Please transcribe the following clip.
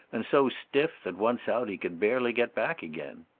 and so stiff that once out, he could barely get back again.